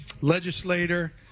legislator